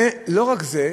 לא רק זה,